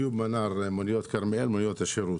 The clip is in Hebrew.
אני ממוניות כרמיאל, מוניות שירות.